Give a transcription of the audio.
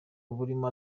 uburimo